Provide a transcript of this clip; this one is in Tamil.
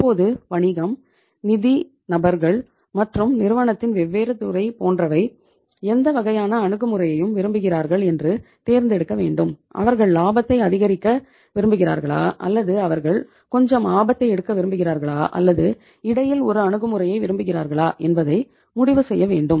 இப்போது வணிகம் நிதி நபர்கள் மற்றும் நிறுவனத்தின் வெவ்வேறு துறை போன்றவை எந்த வகையான அணுகுமுறையை விரும்புகிறார்கள் என்று தேந்தெடுக்க வேண்டும் அவர்கள் லாபத்தை அதிகரிக்க விரும்புகிறார்களா அல்லது அவர்கள் கொஞ்சம் ஆபத்தை எடுக்க விரும்புகிறார்களா அல்லது இடையில் ஒரு அணுகுமுறையை விரும்புகிறார்களா என்பதை முடிவு செய்ய வேண்டும்